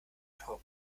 teure